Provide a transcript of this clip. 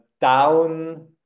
down